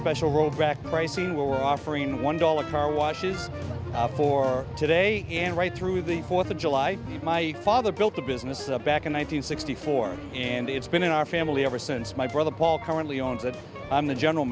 special rolled back pricey were offering one dollar car washes for today and right through the fourth of july my father built a business back in one nine hundred sixty four and it's been in our family ever since my brother paul currently owns it i'm the general